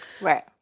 Right